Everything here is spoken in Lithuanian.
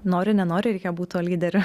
nori nenori reikia būt tuo lyderiu